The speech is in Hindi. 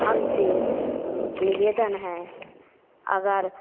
हमसे निवेदन है अगर